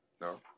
no